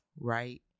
right